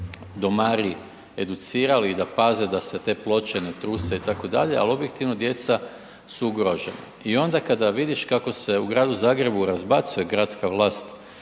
da su domari educirali i da paze da se te ploče ne truse itd., ali objektivno djeca su ugrožena. I onda kada vidiš kako se u gradu Zagrebu razbacuje gradska vlast